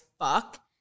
fuck